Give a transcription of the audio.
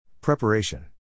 Preparation